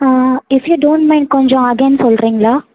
if you don't mind கொஞ்சம் again சொல்லுறீங்ளா